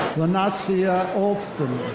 lanacia olsten.